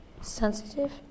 sensitive